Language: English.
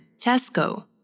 Tesco